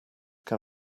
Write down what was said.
can